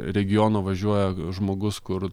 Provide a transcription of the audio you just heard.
regioną važiuoja žmogus kur